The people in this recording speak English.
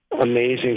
amazing